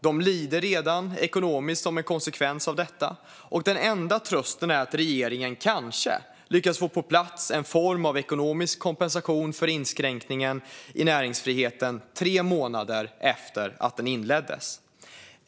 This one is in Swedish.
De lider redan ekonomiskt som en konsekvens av detta, och den enda trösten är att regeringen kanske lyckas få på plats en form av ekonomisk kompensation för inskränkningen i näringsfriheten tre månader efter att den inleddes.